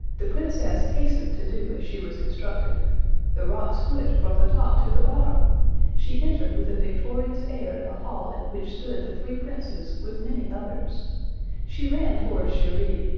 the princess hastened to do as she was instructed the rock split from the top to the bottom she entered with a victorious air the hall in which stood the three princes with many others she ran towards cheri,